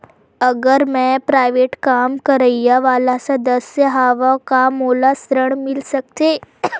अगर मैं प्राइवेट काम करइया वाला सदस्य हावव का मोला ऋण मिल सकथे?